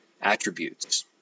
attributes